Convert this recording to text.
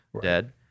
dead